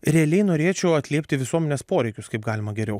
realiai norėčiau atliepti visuomenės poreikius kaip galima geriau